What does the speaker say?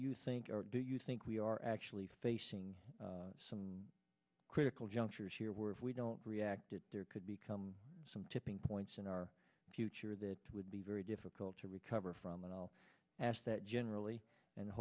you think or do you think we are actually facing some critical juncture here where if we don't react it could become some tipping points in our future that would be very difficult to recover from and i'll ask that generally and